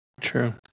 True